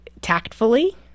tactfully